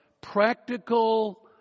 practical